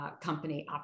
Company